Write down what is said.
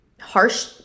harsh